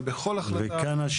אבל בכל החלטה.